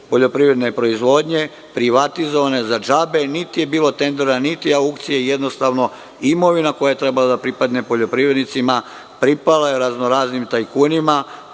poljoprivredne proizvodnje, privatizovane za džabe. Niti je bilo tendera, niti aukcije. Jednostavno, imovina koja je trebala da pripadne poljoprivrednicima, pripala je raznoraznim tajkunima,